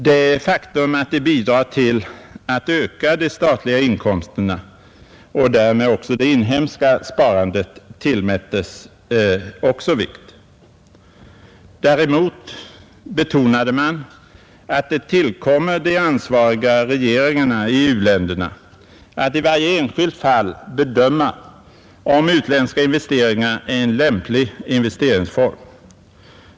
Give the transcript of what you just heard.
Det faktum att de bidrar till att öka de statliga inkomsterna och därmed också det inhemska sparandet tillmättes också vikt. Däremot betonade man att det tillkommer de ansvariga regeringarna i u-länderna att i varje enskilt fall bedöma om utländska investeringar är en lämplig investeringsform.